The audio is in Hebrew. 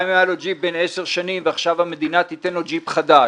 גם אם היה לו ג'יפ בן 10 שנים ועכשיו המדינה תיתן לו ג'יפ חדש.